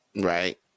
right